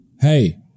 hey